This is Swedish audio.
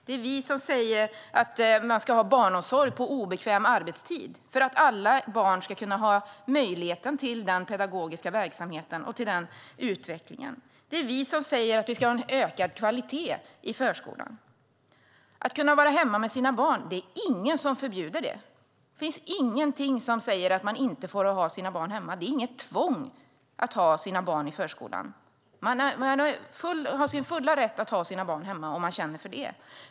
Det är vi som säger att man ska ha rätt till barnomsorg på obekväm arbetstid, för att alla barn ska ha rätten till pedagogisk verksamhet och utveckling. Det är vi som säger att vi ska ha en ökad kvalitet i förskolan. Det är ingen som förbjuder någon att vara hemma med sina barn. Det finns ingenting som säger att man inte får ha sina barn hemma. Det är inget tvång att ha sina barn i förskolan. Man har sin fulla rätt att ha sina barn hemma om man känner för det.